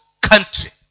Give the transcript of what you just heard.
country